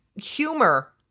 humor